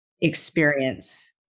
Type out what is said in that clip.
experience